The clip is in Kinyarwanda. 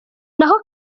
naho